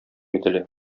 ителә